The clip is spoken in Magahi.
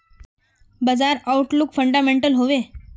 बाजार आउटलुक फंडामेंटल हैवै?